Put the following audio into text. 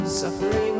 suffering